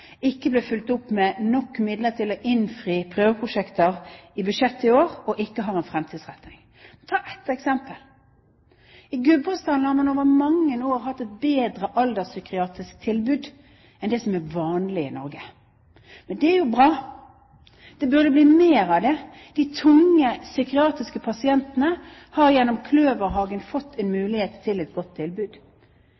ikke ble fulgt opp i budsjettet i år med nok midler til å innfri prøveprosjekter, og ikke har en fremtidsretting. Vi kan ta et eksempel. I Gudbrandsdalen har man i mange år hatt et bedre alderspsykiatrisk tilbud enn det som er vanlig i Norge. Men det er jo bra. Det burde bli mer av det. De tunge psykiatriske pasientene har gjennom Kløverhagen fått en